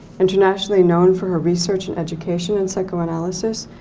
internationally known for her research in education in psychoanalysis,